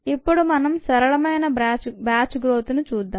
ఇప్పుడు మనం సరళమైన బ్యాచ్ గ్రోత్ను చూద్దాం